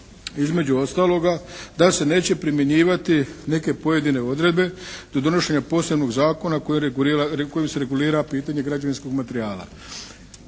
između ostaloga da se neće primjenjivati neke pojedine odredbe do donošenja posebnog zakona kojim se regulira pitanje građevinskog materijala.